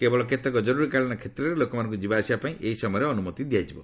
କେବଳ କେତେକ ଜରୁରୀକାଳୀନ କ୍ଷେତ୍ରରେ ଲୋକମାନଙ୍କୁ ଯିବା ଆସିବାପାଇଁ ଏହି ସମୟରେ ଅନୁମତି ଦିଆଯିବ